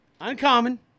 Uncommon